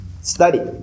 study